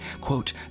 quote